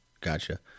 Gotcha